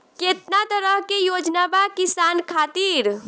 केतना तरह के योजना बा किसान खातिर?